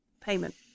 payment